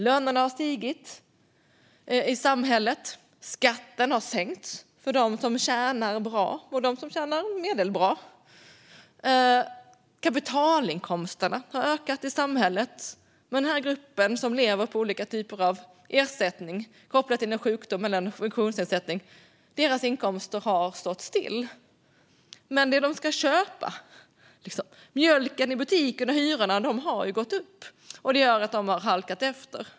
Lönerna har stigit i samhället, skatten har sänkts för dem som tjänar bra och för dem som tjänar medelbra och kapitalinkomsterna har ökat i samhället. Men inkomsterna för den grupp som lever på olika typer av ersättningar kopplat till en sjukdom eller en funktionsnedsättning har stått still. Samtidigt har det som de ska köpa i butiken och hyrorna gått upp. Det gör att dessa människor har halkat efter.